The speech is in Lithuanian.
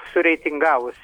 su reitingavus